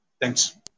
Thanks